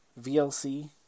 VLC